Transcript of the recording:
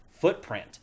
footprint